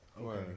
Okay